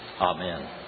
Amen